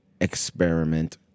experiment